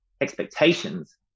expectations